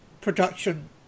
production